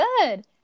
good